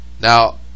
now